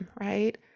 right